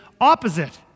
opposite